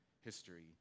history